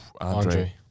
Andre